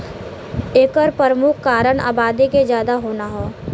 एकर परमुख कारन आबादी के जादा होना हौ